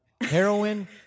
Heroin